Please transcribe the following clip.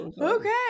Okay